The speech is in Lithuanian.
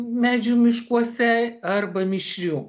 medžių miškuose arba mišrių